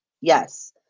Yes